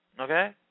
Okay